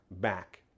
back